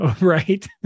Right